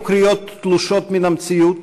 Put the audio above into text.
אלו קריאות תלושות מן המציאות,